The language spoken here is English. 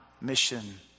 mission